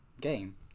game